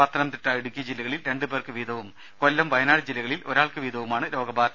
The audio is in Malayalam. പത്തനംതിട്ട ഇടുക്കി ജില്ലകളിൽ രണ്ടു പേർക്ക് വീതവും കൊല്ലം വയനാട് ജില്ലകളിൽ ഒരാൾക്ക് വീതവുമാണ് രോഗബാധ